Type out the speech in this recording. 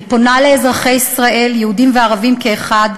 אני פונה לאזרחי ישראל, יהודים וערבים כאחד,